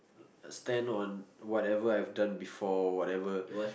stand on whatever I've done before whatever